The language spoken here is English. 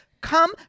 Come